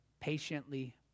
patiently